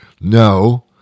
No